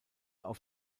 auf